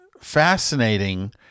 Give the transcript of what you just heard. fascinating